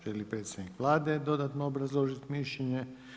Želi li predsjednik Vlade dodatno obrazložiti mišljenje?